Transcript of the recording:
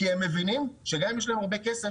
כי הם מבינים שגם אם יש להם הרבה כסף,